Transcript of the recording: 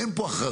אין פה הכרזה.